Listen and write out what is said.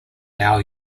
now